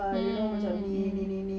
mm